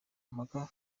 mpaka